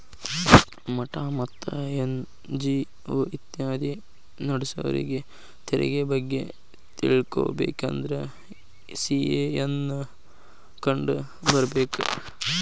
ಮಠಾ ಮತ್ತ ಎನ್.ಜಿ.ಒ ಇತ್ಯಾದಿ ನಡ್ಸೋರಿಗೆ ತೆರಿಗೆ ಬಗ್ಗೆ ತಿಳಕೊಬೇಕಂದ್ರ ಸಿ.ಎ ನ್ನ ಕಂಡು ಬರ್ಬೇಕ